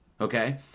okay